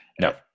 No